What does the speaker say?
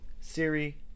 Siri